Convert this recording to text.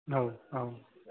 औ औ